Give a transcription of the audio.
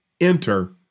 enter